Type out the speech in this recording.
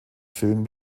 filmen